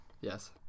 Yes